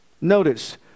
notice